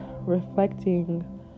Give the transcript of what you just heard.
reflecting